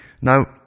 Now